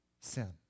sin